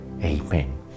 Amen